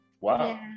wow